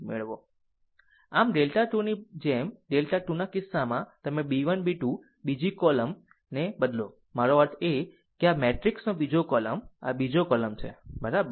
આમ ડેલ્ટા 2 ની જેમ ડેલ્ટા 2 ના કિસ્સામાં તમે b 1 b 2 બીજી કોલમ કોલમ તે બદલો મારો અર્થ એ છે કે આ મેટ્રિક્સ નો બીજો કોલમ આ બીજો કોલમ છે બરોબર